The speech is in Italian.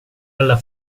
alla